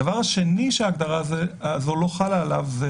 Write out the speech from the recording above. הדבר השני שההגדרה הזאת לא חלה עליו זה